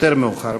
יותר מאוחר.